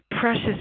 precious